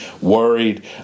worried